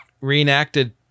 Reenacted